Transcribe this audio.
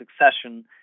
succession